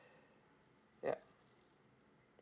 yup